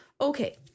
okay